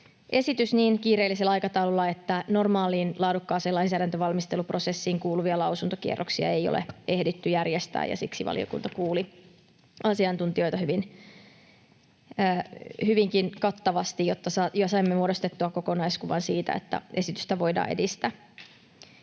tehtiin niin kiireellisellä aikataululla, että normaaliin, laadukkaaseen lainsäädäntövalmisteluprosessiin kuuluvia lausuntokierroksia ei ole ehditty järjestää. Siksi valiokunta kuuli asiantuntijoita hyvinkin kattavasti, ja saimme muodostettua kokonaiskuvan siitä, että esitystä voidaan edistää.